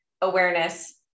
awareness